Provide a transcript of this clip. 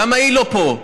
למה היא לא פה?